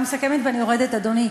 אני מסכמת ואני יורדת, אדוני.